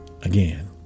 Again